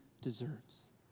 deserves